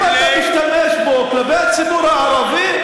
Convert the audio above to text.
אם אתה תשתמש בו כלפי הציבור הערבי,